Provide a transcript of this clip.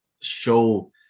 show